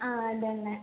ആ അതുതന്നെ